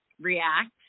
react